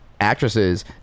actresses